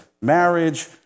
marriage